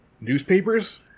Newspapers